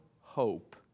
hope